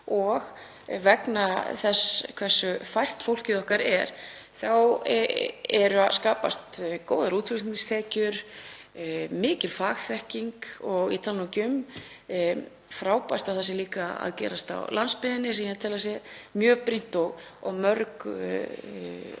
Og vegna þess hversu fært fólkið okkar er þá eru að skapast góðar útflutningstekjur, mikil fagþekking og ég tala nú ekki um frábært að það sé líka að gerast á landsbyggðinni, sem ég tel að sé mjög brýnt og mörg